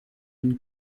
une